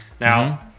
Now